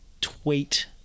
tweet